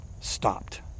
stopped